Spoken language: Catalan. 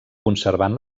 conservant